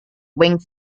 wing